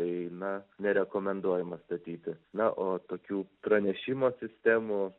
tai na nerekomenduojama statyti na o tokių pranešimų sistemų